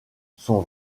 son